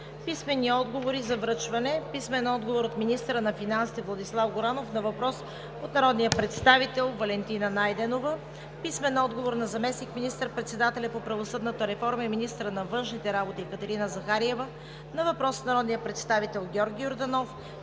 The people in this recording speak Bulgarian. Писмени отговори за връчване от: - министъра на финансите Владислав Горанов на въпрос от народния представител Валентина Найденова; - заместник министър-председателя по правосъдната реформа и министър на външните работи Екатерина Захариева, на въпрос от народния представител Георги Йорданов;